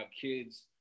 kids